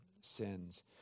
sins